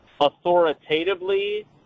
authoritatively